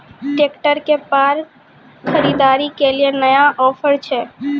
Tractor के फार खरीदारी के लिए नया ऑफर छ?